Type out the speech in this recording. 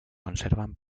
conservan